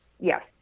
yes